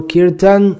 Kirtan